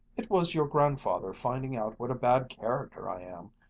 it was your grandfather finding out what a bad character i am,